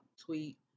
tweet